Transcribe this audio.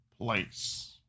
place